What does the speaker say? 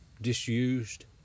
disused